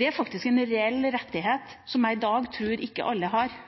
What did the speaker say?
er faktisk å gi en reell rettighet som jeg i dag ikke tror at alle har.